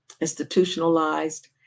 institutionalized